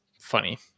funny